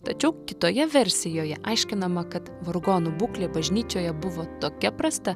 tačiau kitoje versijoje aiškinama kad vargonų būklė bažnyčioje buvo tokia prasta